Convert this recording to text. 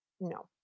no